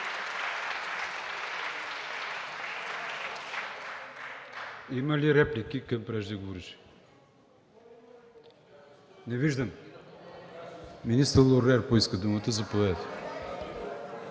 Има ли реплики към преждеговорещия? Не виждам. Министър Лорер поиска думата. (Реплика